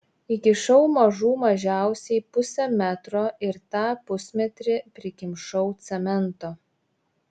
įkišau mažų mažiausiai pusę metro ir tą pusmetrį prikimšau cemento